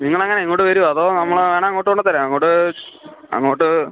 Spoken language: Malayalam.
നിങ്ങളെങ്ങനെയാണ് ഇങ്ങോട്ട് വരുവോ അതോ നമ്മൾ വേണമെങ്കിൽ അങ്ങോട്ട് കൊണ്ട് തരാം അങ്ങോട്ട് അങ്ങോട്ട്